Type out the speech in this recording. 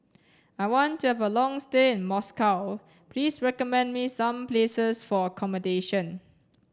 I want to have a long stay in Moscow Please recommend me some places for accommodation